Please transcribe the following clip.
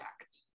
act